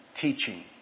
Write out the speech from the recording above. teaching